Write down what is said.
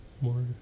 more